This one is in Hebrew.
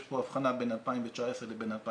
יש פה הבחנה בין 2019 ל-2018,